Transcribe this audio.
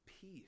peace